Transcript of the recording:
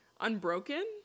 Unbroken